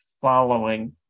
following